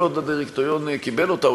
כל עוד הדירקטוריון קיבל אותה.